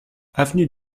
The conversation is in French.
avenue